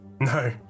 No